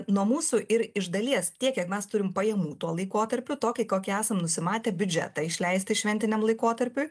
nuo mūsų ir iš dalies tiek kiek mes turim pajamų tuo laikotarpiu tokį kokį esame nusimatę biudžetą išleisti šventiniam laikotarpiui